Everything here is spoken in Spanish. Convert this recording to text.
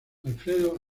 alfredo